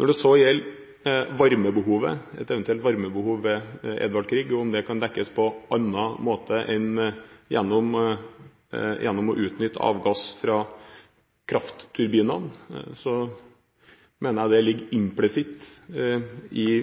Når det så gjelder et eventuelt varmebehov ved Edvard Grieg-feltet, og om det kan dekkes på andre måter enn gjennom å utnytte avgass fra kraftturbinene, mener jeg det ligger